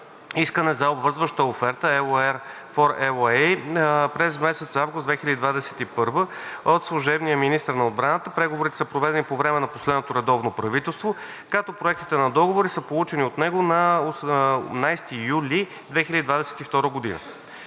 искане за обвързваща оферта (LOR for LOA) през месец август 2021 г. от служебния министър на отбраната, преговорите са проведени по време на последното редовно правителство, като проектите на договори са получени на 18 юли 2022 г.